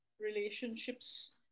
relationships